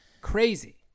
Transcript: crazy